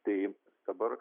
tai dabar